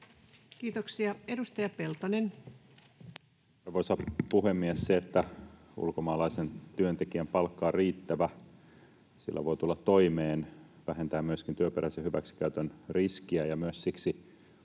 Time: 16:35 Content: Arvoisa puhemies! Se, että ulkomaalaisen työntekijän palkka on riittävä ja sillä voi tulla toimeen, vähentää myöskin työperäisen hyväksikäytön riskiä, ja myös siksi